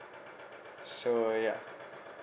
so ya